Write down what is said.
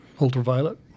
ultraviolet